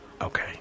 Okay